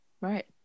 Right